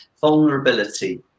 vulnerability